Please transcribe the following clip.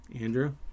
Andrew